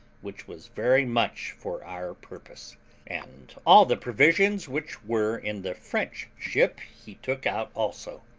which was very much for our purpose and all the provisions which were in the french ship he took out also.